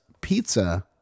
pizza